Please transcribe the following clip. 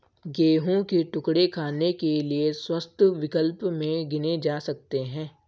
गेहूं के टुकड़े खाने के लिए स्वस्थ विकल्प में गिने जा सकते हैं